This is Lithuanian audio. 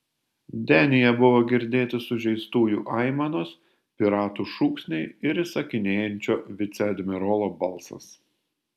denyje buvo girdėti sužeistųjų aimanos piratų šūksniai ir įsakinėjančio viceadmirolo balsas